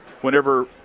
Whenever